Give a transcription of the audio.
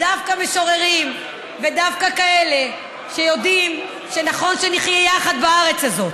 דווקא במשוררים ודווקא בכאלה שיודעים שנכון שנחיה יחד בארץ הזאת,